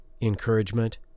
encouragement